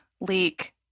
leak